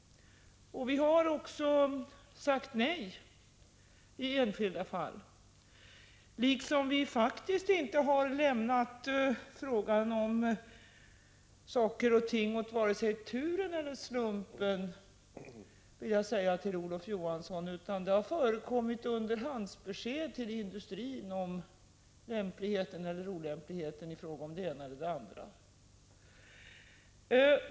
Vi har också sagt nej i enskilda fall, liksom vi faktiskt inte lämnat saker och ting åt vare sig turen eller slumpen — det vill jag säga till Olof Johansson — utan det har förekommit underhandsbesked till industrin om lämpligheten eller olämpligheten av det ena och det andra.